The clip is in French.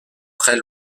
très